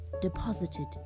deposited